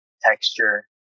texture